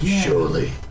Surely